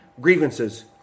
grievances